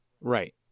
Right